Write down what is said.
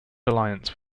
alliance